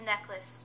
necklace